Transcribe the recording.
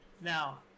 Now